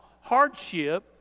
hardship